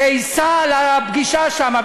שייסע לפגישה שמה,